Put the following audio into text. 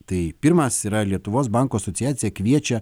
tai pirmas yra lietuvos bankų asociacija kviečia